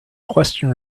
question